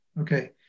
Okay